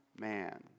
man